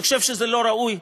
אני חושב שזה לא ראוי,